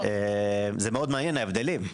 זה מאוד מעניין ההבדלים.